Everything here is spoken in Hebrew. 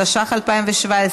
התשע"ח 2017,